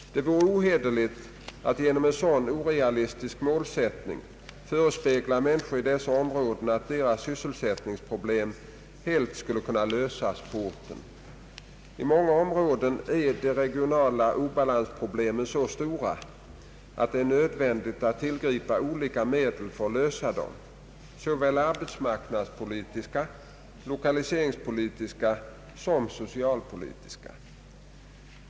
Det vore ohederligt att genom en sådan orealistisk målsättning förespegla människor i dessa områden att deras sysselsättningsproblem helt skulle kunna lösas på orten. I många områden är de regionala obalansproblemen så stora att det är nödvändigt att tillgripa olika medel för att lösa dem, såväl arbetsmarknadspolitiska, 1okaliseringspolitiska som socialpolitiska.